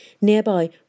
Nearby